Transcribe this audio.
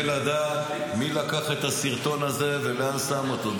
לדעת מי לקח את הסרטון הזה ולאן שלח אותו.